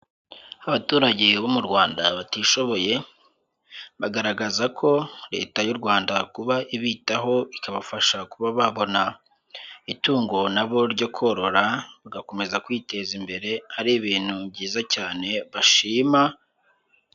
Abaturage bo mu Rwanda batishoboye, bagaragaza ko Leta y'u Rwanda kuba ibitaho ikabafasha kuba babona itungo na bo ryo korora bagakomeza kwiteza imbere, ari ibintu byiza cyane bashima.